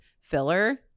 filler